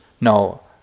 no